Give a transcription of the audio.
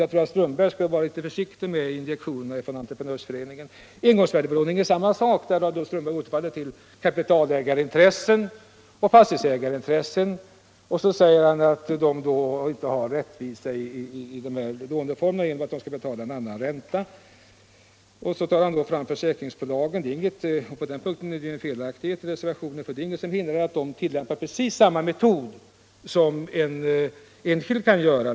Jag tycker att herr Strömberg skulle vara litet försiktig med injektionerna från Byggnadsentreprenörföreningen. Vad gäller ingångsvärdebelåningen är det samma sak. Där pekade herr Strömberg fortfarande på kapitalägaroch fastighetsägarintressen och sade att de inte behandlas rättvist i denna låneform genom att de måste betala en annan ränta än andra. Han anför i sammanhanget försäkringsbolagen som exempel. På den punkten är det en felaktighet i reservationen. Det är inget som hindrar att försäkringsbolagen tillämpar precis samma metod som en enskild fastighetsägare kan göra.